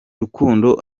rukundo